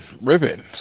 Ribbon